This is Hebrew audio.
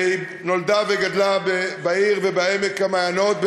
שנולדה וגדלה בעיר בית-שאן ובעמק-המעיינות,